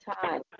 time